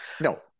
No